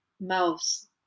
mouths